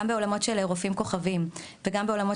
גם בעולמות של רופאים כוכבים וגם בעולמות